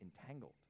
entangled